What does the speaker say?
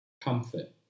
comfort